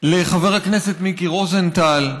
לחבר הכנסת מיקי רוזנטל,